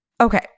Okay